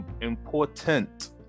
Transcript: important